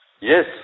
Yes